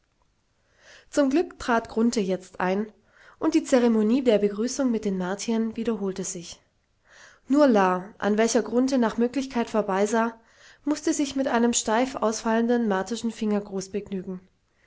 zum glück trat grunthe jetzt ein und die zeremonie der begrüßung mit den martiern wiederholte sich nur la an welcher grunthe nach möglichkeit vorbeisah mußte sich mit einem steif ausfallenden martischen fingergruß begnügen